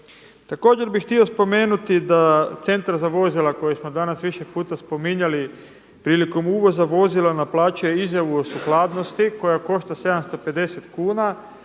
Također bih htio spomenuti da Centar za vozila koji su danas više puta spominjali, prilikom uvoza naplaćuje izjavu o suglasnosti koja košta 750 kuna,